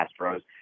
Astros